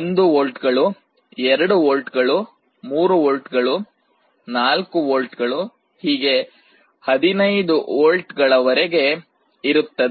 1 ವೋಲ್ಟ್ಗಳು 2 ವೋಲ್ಟ್ಗಳು 3 ವೋಲ್ಟ್ಗಳು 4 ವೋಲ್ಟ್ಗಳು ಹೀಗೆ 15 ವೋಲ್ಟ್ಗಳವರೆಗೆ ಇರುತ್ತದೆ